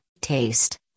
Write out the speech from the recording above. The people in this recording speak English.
taste